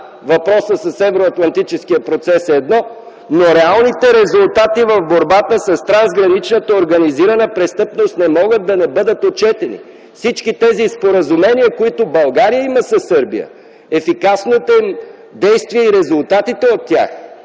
въпросът с евроатлантическия процес е едно, но реалните резултати в борбата с трансграничната организирана престъпност не могат да не бъдат отчетени. По всички тези споразумения, които България има със Сърбия, ефикасното им действие и резултатите от тях,